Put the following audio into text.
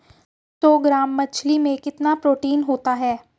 पांच सौ ग्राम मछली में कितना प्रोटीन होता है?